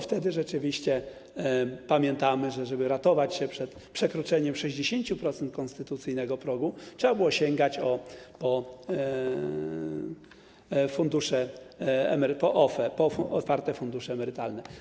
Wtedy rzeczywiście, pamiętamy, żeby ratować się przed przekroczeniem 60% konstytucyjnego progu, trzeba było sięgać po OFE, otwarte fundusze emerytalne.